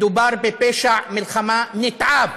מדובר בפשע מלחמה נתעב,